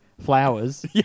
flowers